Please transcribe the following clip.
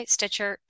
Stitcher